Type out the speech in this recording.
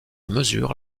mesure